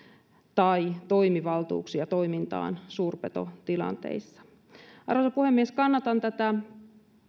tai toimivaltuuksia toimintaan suurpetotilanteissa arvoisa puhemies kannatan tätä